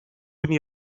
günü